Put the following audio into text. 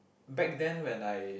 back then when I